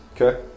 Okay